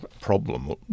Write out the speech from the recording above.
problem